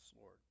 Lord